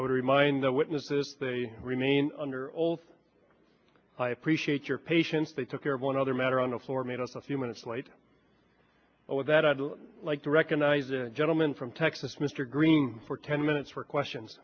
i would remind the witnesses they remain under oath i appreciate your patience they took care of one other matter on the floor made up a few minutes later and with that i'd like to recognize the gentleman from texas mr green for ten minutes for questions